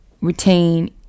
retain